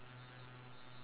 I think